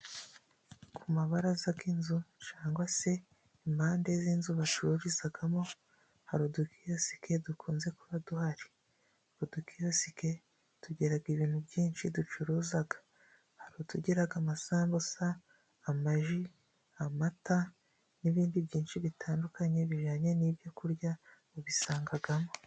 Ku mabaraza y'inzu cyangwa se impande z'inzu bacururizamo, hari udukiyosike dukunze kuba duhari. Udukiyosike tugira ibintu byinshi ducuruza hari utugira :amasambusa ,amaji ,amata n'ibindi byinshi bitandukanye bijyanye n'ibyo kurya ubisangamo.